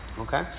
Okay